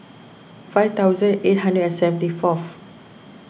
five thousand eight hundred and seventy fourth